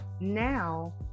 now